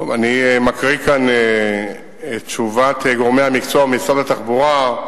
אני מקריא כאן את תשובת גורמי המקצוע ממשרד התחבורה.